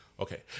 Okay